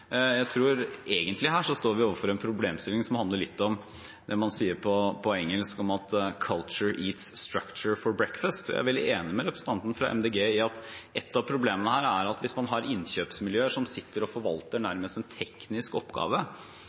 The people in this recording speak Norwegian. Jeg tror egentlig at vi står overfor en problemstilling som handler litt om det man på engelsk sier slik: «Culture eats structure for breakfast». Jeg er veldig enig med representanten fra MDG i at et av problemene her er at hvis man har innkjøpsmiljøer som sitter og forvalter nærmest en teknisk oppgave